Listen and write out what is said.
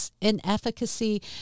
inefficacy